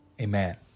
Amen